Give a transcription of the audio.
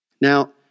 Now